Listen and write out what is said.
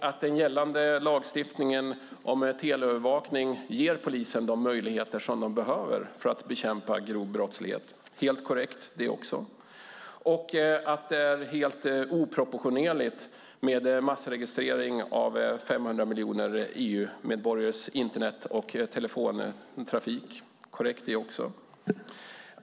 Att den gällande lagstiftningen om teleövervakning ger polisen de möjligheter den behöver för att bekämpa grov brottslighet är helt korrekt. Att det är helt oproportionerligt med massregistrering av 500 miljoner EU-medborgares internet och telefontrafik är också korrekt.